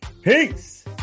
Peace